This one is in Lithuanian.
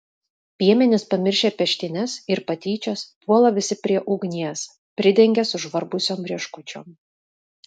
piemenys pamiršę peštynes ir patyčias puola visi prie ugnies pridengia sužvarbusiom rieškučiom